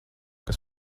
kas